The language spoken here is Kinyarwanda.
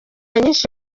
nyinshi